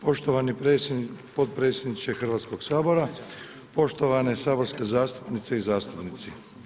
Poštovani potpredsjedniče Hrvatskog sabora, poštovane saborske zastupnice i zastupnici.